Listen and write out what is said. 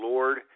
Lord